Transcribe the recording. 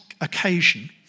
occasion